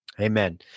Amen